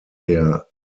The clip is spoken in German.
der